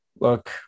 Look